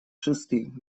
шестых